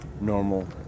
normal